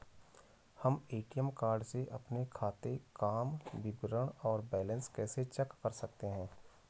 हम ATM card से अपने खाते काम विवरण और बैलेंस कैसे चेक कर सकते हैं?